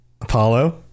apollo